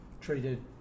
treated